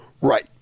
Right